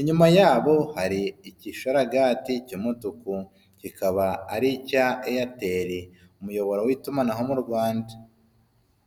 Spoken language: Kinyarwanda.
inyuma yabo hari igisharagati cy'umutuku kikaba ari icya Airtel umuyoboro w'itumanaho mu Rwanda.